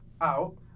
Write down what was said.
out